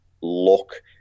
look